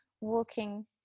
walking